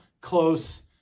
close